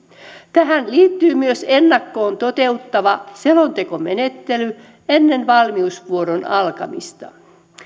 tähän liittyy myös ennakkoon toteutettava selontekomenettely ennen valmiusvuoron alkamista